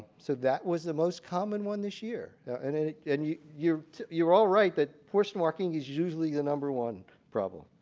so that was the most common one this year. and and yeah you're you're all right that portion marking is usually the number one problem.